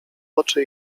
oczy